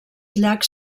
llacs